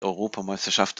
europameisterschaft